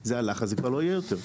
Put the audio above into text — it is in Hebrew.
זה הלך, ואז זה כבר לא יהיה יותר.